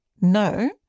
No